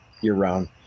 year-round